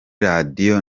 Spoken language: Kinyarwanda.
radio